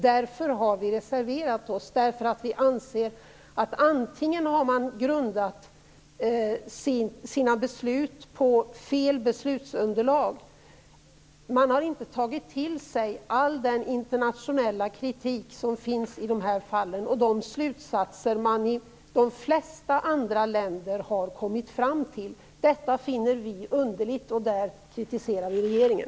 Vi har därför reserverat oss. Vi anser att man har grundat sina beslut på fel beslutsunderlag. Man har inte tagit till sig all den internationella kritik som finns i de här fallen och de slutsatser som de flesta andra länder har kommit fram till. Detta finner vi underligt, och på den punkten kritiserar vi regeringen.